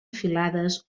filades